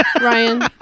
Ryan